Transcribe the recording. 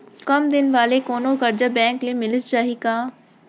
कम दिन वाले कोनो करजा बैंक ले मिलिस जाही का?